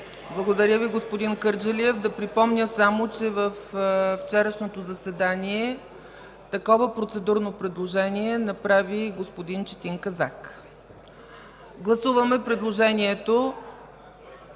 Благодаря Ви, господин Кърджалиев. Да припомня само, че във вчерашното заседание такова процедурно предложение направи господин Четин Казак. ТУНЧЕР КЪРДЖАЛИЕВ